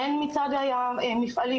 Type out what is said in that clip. הן מצד המפעלים,